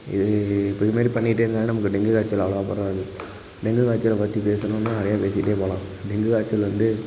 இப்போ இதுமாரி பண்ணிக்கிட்டே இருந்தாலே நமக்கு டெங்கு காய்ச்சல் அவ்வளோவா பரவாது டெங்கு காய்ச்சலை பற்றி பேசணும்னா நிறையா பேசிட்டே போகலாம் டெங்கு காய்ச்சல் வந்து